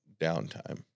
downtime